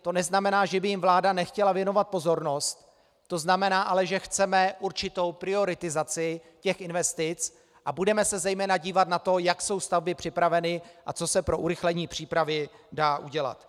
To neznamená, že by jim vláda nechtěla věnovat pozornost, to ale znamená, že chceme určitou prioritizaci těch investic, a budeme se zejména dívat na to, jak jsou stavby připraveny a co se pro urychlení přípravy dá udělat.